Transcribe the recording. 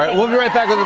um we'll be right back